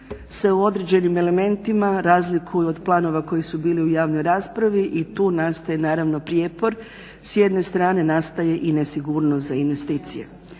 se u određenim elementima razlikuju od planova koji su bili u javnoj raspravi i tu nastaje naravno prijepor. S jedne strane nastaje i nesigurnost za investicije.